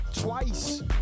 twice